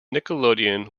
nickelodeon